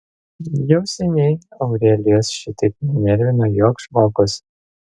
jau seniai aurelijos šitaip nenervino joks žmogus